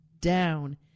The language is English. down